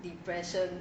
depression